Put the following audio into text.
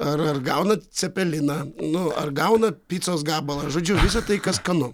ar ar gaunat cepeliną nu ar gaunat picos gabalą žodžiu visa tai kas skanu